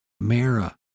Mara